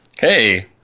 Hey